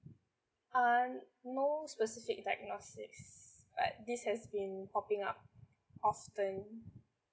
uh no specific diagnosis but this has been popPINg up often